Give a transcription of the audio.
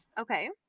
okay